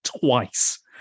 Twice